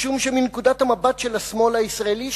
משום שמנקודת המבט של השמאל הישראלי,